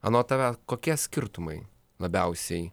anot tavęs kokie skirtumai labiausiai